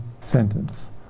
sentence